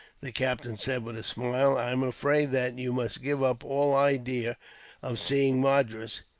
the captain said with a smile, i am afraid that you must give up all idea of seeing madras,